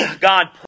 God